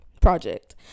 Project